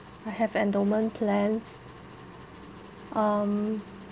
I have endowment plans um